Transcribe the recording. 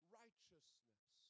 righteousness